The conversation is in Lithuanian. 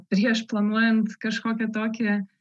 prieš planuojant kažkokį tokį